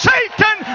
Satan